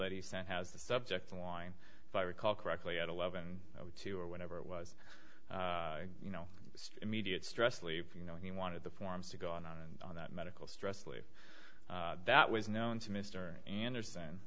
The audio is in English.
that he sent has the subject line if i recall correctly at eleven o two or whenever it was you know immediate stress leave you know he wanted the forms to go on and on that medical stress leave that was known to mr anderson